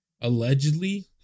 Allegedly